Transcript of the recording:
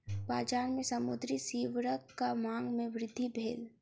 बजार में समुद्री सीवरक मांग में वृद्धि भेल